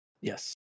Yes